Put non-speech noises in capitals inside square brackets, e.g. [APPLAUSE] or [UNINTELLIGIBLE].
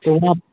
[UNINTELLIGIBLE]